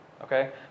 okay